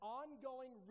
ongoing